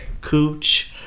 cooch